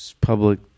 public